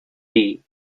dee